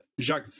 jacques